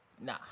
Nah